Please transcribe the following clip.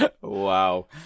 Wow